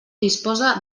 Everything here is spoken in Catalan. disposa